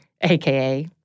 AKA